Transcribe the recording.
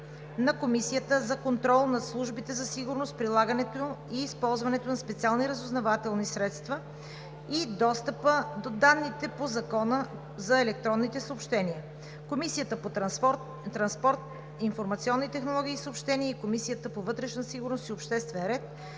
на Комисията за контрол над службите за сигурност, прилагането и използването на специалните разузнавателни средства и достъпа до данните по Закона за електронните съобщения, Комисията по транспорт, информационни технологии и съобщения и Комисията по вътрешна сигурност и обществен ред